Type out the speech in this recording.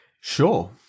Sure